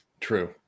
True